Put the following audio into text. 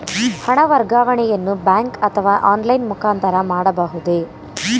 ಹಣ ವರ್ಗಾವಣೆಯನ್ನು ಬ್ಯಾಂಕ್ ಅಥವಾ ಆನ್ಲೈನ್ ಮುಖಾಂತರ ಮಾಡಬಹುದೇ?